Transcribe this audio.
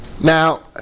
Now